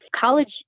College